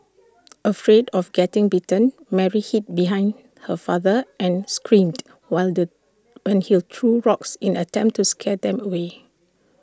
afraid of getting bitten Mary hid behind her father and screamed while the threw rocks in attempt to scare them away